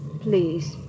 Please